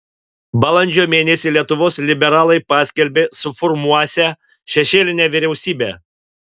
balandžio mėnesį lietuvos liberalai paskelbė suformuosią šešėlinę vyriausybę